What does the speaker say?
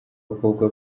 abakobwa